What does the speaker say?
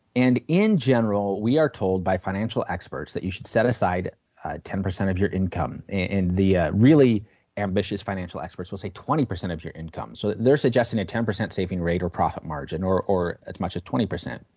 and in general we are told by financial experts that you should set aside ten percent of your income. the ah really ambitious financial experts will say twenty percent of your income, so they are suggesting a ten percent saving rate or profit margin or or at much a twenty percent.